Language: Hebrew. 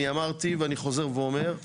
אני אמרתי ואני חוזר ואומר,